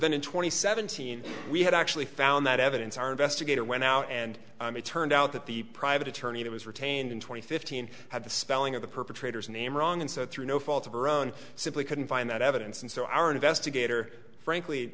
then in twenty seventeen we had actually found that evidence our investigator went out and it turned out that the private attorney that was retained in twenty fifteen had the spelling of the perpetrators name wrong and so through no fault of our own simply couldn't find that evidence and so our investigator frankly